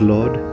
Lord